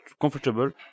comfortable